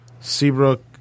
Seabrook